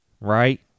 Right